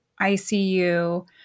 ICU